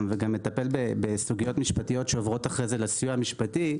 ומטפל בסוגיות משפטיות שעוברות אחרי זה לסיוע המשפטי,